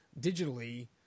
digitally